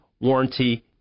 warranty